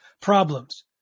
problems